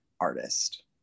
artist